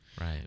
Right